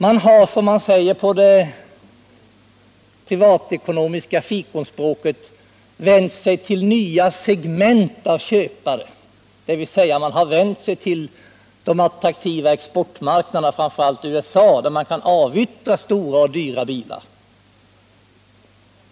Man har, som man säger på det privatekonomiska fikonspråket, vänt sig till nya segment av köpare, dvs. vänt sig till de attraktiva exportmarknaderna, framför allt USA, där man kan avyttra stora och dyra bilar.